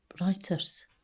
writers